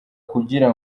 kugira